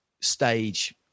stage